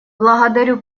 благодарю